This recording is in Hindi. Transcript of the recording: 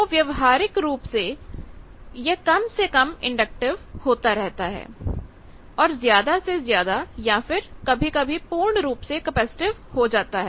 तो यह व्यवहारिक रूप से कम से कम इंडक्टिव होता रहता है और ज्यादा से ज्यादा या फिर कभी कभी पूर्ण रूप से कैपेसिटिव हो जाता है